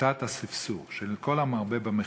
שיטת הספסור של כל המרבה במחיר,